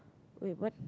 wait what